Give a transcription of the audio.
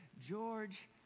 George